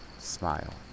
Smile